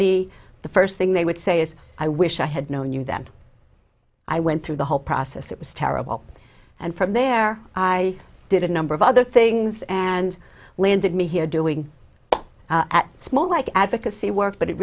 me the first thing they would say is i wish i had known you them i went through the whole process it was terrible and from there i did a number of other things and landed me here doing small like advocacy work but it